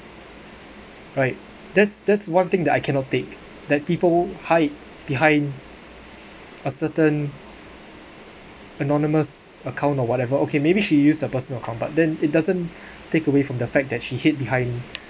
right that's that's one thing that I cannot take that people hide behind a certain anonymous account or whatever okay maybe she use the personal account then it doesn't take away from the fact that she hid behind